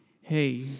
hey